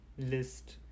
List